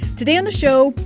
today on the show,